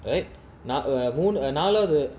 right nah err மூணுநாலாவது:moonu nalavathu